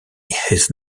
his